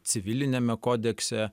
civiliniame kodekse